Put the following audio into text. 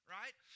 right